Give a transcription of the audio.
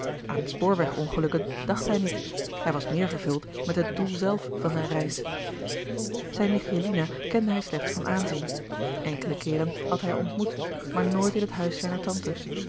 aan spoorwegongelukken dacht hij niet hij was meer vervuld met het doel zelf van zijn reis zijn nichtje lina kende hij slechts van aanzien enkele keeren had hij haar ontmoet maar nooit in het huis zijner tante